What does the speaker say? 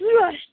rush